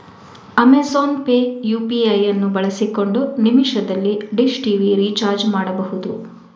Amazon pay UPI ಅನ್ನು ಬಳಸಿಕೊಂಡು ನಿಮಿಷದಲ್ಲಿ ಡಿಶ್ ಟಿವಿ ರಿಚಾರ್ಜ್ ಮಾಡ್ಬಹುದು